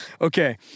Okay